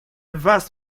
vast